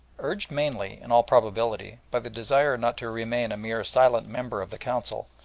urged, mainly, in all probability, by the desire not to remain a mere silent member of the council,